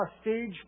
stage